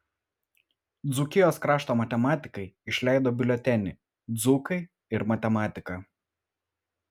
dzūkijos krašto matematikai išleido biuletenį dzūkai ir matematika